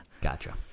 Gotcha